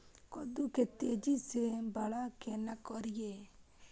कद्दू के तेजी से बड़ा केना करिए?